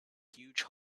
huge